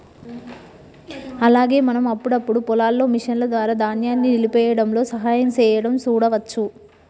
అలాగే మనం అప్పుడప్పుడు పొలాల్లో మిషన్ల ద్వారా ధాన్యాన్ని నలిపేయ్యడంలో సహాయం సేయడం సూడవచ్చు